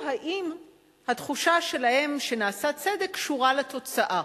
אם התחושה שלהם שנעשה צדק קשורה לתוצאה,